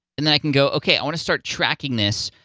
and then i can go, okay, i want to start tracking this,